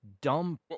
dumb